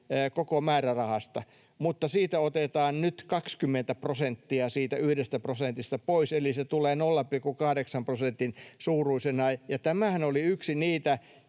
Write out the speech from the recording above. koko määrärahasta, mutta nyt otetaan 20 prosenttia siitä yhdestä prosentista pois, eli se tulee 0,8 prosentin suuruisena. Tämähän oli yksi niitä